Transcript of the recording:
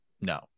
No